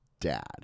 dad